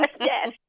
yes